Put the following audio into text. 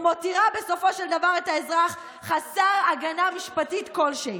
ומותירה בסופו של דבר את האזרח" חסר הגנה משפטית כלשהי.